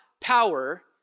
power